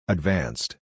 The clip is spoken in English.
Advanced